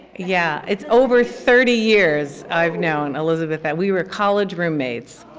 yeah. it's over thirty years i've known elizabeth, that we were college roommates.